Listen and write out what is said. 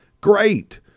Great